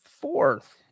fourth